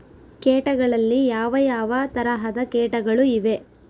ಕೇಟಗಳಲ್ಲಿ ಯಾವ ಯಾವ ತರಹದ ಕೇಟಗಳು ಇವೆ?